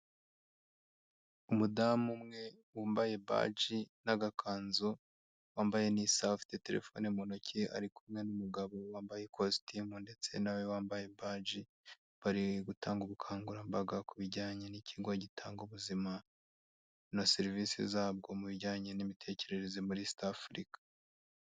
Umudamu umwe wambaye badge n'agakanzu wambaye nisaha afite telefone mu ntoki ari kumwe n'umugabo wambaye ikositimu ndetse nawe wambaye badge bari gutanga ubukangurambaga ku bijyanye n'ikigo gitanga ubuzima na serivisi zabwo mu bijyanye n'imitekerereze muri east africa.